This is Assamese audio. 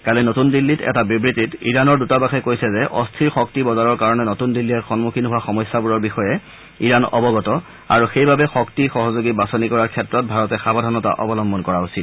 কালি নতুন দিল্লীত এটা বিবৃতিত ইৰাণৰ দূতাবাসে কৈছে যে অস্থিৰ শক্তি বজাৰৰ কাৰণে নতুন দিল্লীয়ে সন্মুখীন হোৱা সমস্যাবোৰৰ বিষয়ে ইৰাণ অৱগত আৰু সেইবাবে শক্তি সহযোগী বাছনি কৰাৰ ক্ষেত্ৰত ভাৰতে সাৱধানতা অৱলম্বন কৰা উচিত